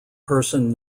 person